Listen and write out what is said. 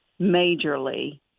majorly